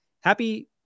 happy